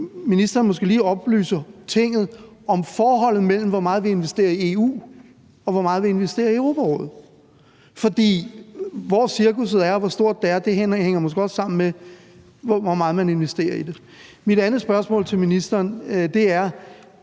lige oplyse Tinget om forholdet mellem, hvor meget vi investerer i EU, og hvor meget vi investerer i Europarådet. For hvor cirkusset er, og hvor stort det er, hænger måske også sammen med, hvor meget man investerer i det. Mit andet spørgsmål til ministeren er